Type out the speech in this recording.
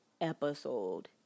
episode